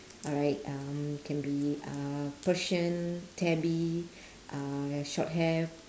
alright um can be uh persian tabby uh shorthair